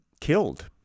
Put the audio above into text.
killed